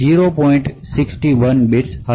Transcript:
61 bits માં જ variation છે